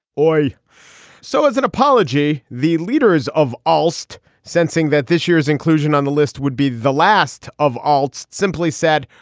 so as an apology, the leaders of almost sensing that this year's inclusion on the list would be the last of all. it's simply said,